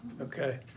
Okay